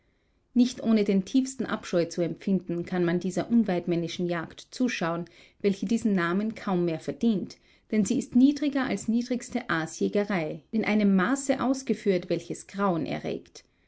nicht ohne den tiefsten abscheu zu empfinden kann man dieser unweidmännischen jagd zuschauen welche diesen namen kaum mehr verdient denn sie ist niedriger als niedrigste aasjägerei in einem maße ausgeführt welches grauen erregt